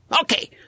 Okay